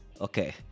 okay